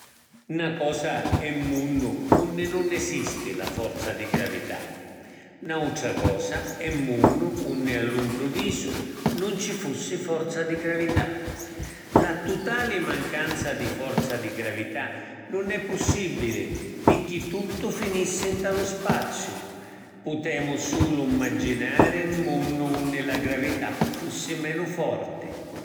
Na cosa è un munnu unni nun esisti la forza di gravità, n’autra cosa è un munnu unni allu mpruvisu nun ci fussi forza di gravità. La tutali mancanza di forza di gravità nun è pussibili pirchì tuttu finissi nta lu spaziu. Putemu sulu immaginari un munnu unni la gravità fussi menu forti.